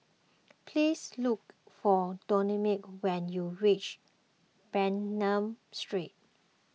please look for Dominic when you reach Bernam Street